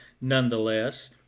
nonetheless